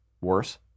worse